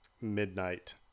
midnight